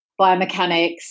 biomechanics